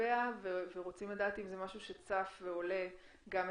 לגביה ורוצים לדעת אם זה משהו שצף ועולה גם אצלכם,